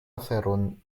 aferon